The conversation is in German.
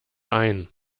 ein